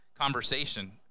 conversation